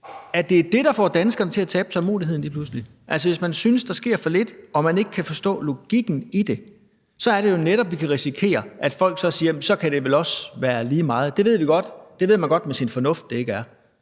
pludselig får danskerne til at tabe tålmodigheden? Hvis man synes, at der sker for lidt, og at man ikke kan forstå logikken i det, er det jo netop, at vi kan risikere, at folk så siger: Så kan det vel også være lige meget. Det ved man godt med sin fornuft at det ikke er,